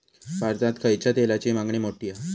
भारतात खायच्या तेलाची मागणी मोठी हा